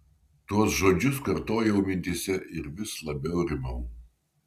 tuos žodžius kartojau mintyse ir vis labiau rimau